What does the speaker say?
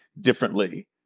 differently